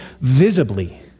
visibly